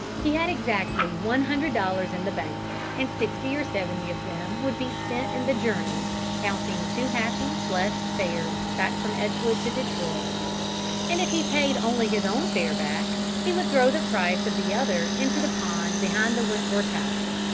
he had exactly one hundred dollars in the bank, and sixty or seventy of them would be spent in the journeys, counting two happy, blessed fares back from edgewood to detroit and if he paid only his own fare back, he would throw the price of the other into the pond behind the wentworth house.